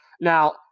Now